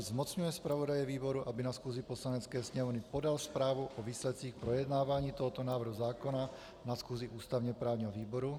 Zmocňuje zpravodaje výboru, aby na schůzi Poslanecké sněmovny podal zprávu o výsledcích projednávání tohoto návrhu zákona na schůzi ústavněprávního výboru.